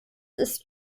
ist